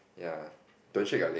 ya don't shake your leg